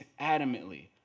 adamantly